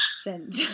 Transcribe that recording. sent